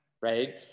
Right